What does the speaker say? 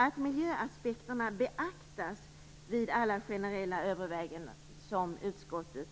Att miljöaspekterna beaktas vid alla generella överväganden, vilket utskottet